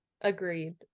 Agreed